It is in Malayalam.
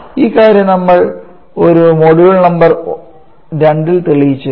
ഈ കാര്യം നമ്മൾ ഒരു മൊഡ്യൂൾ നമ്പർ 2 ൽ തെളിയിച്ചിരുന്നു